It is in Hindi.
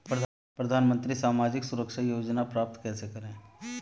प्रधानमंत्री सामाजिक सुरक्षा योजना प्राप्त कैसे करें?